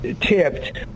tipped